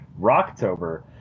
Rocktober